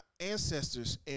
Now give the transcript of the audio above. ancestors